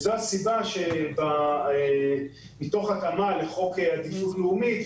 מתוך התאמה לחוק עדיפות לאומית,